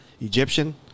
Egyptian